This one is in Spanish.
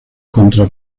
contra